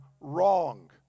wrong